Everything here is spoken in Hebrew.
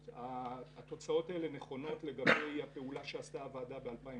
התוצאות האלה נכונות לגבי הפעולה שעשתה הוועדה ב-2016